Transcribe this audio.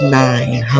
nine